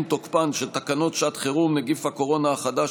תוקפן של תקנות שעת חירום (נגיף הקורונה החדש,